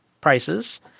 prices